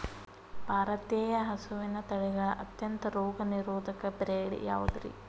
ಭಾರತೇಯ ಹಸುವಿನ ತಳಿಗಳ ಅತ್ಯಂತ ರೋಗನಿರೋಧಕ ಬ್ರೇಡ್ ಯಾವುದ್ರಿ?